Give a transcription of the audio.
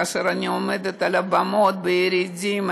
כאשר אני עומדת על הבמות בירידים,